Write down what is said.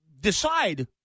decide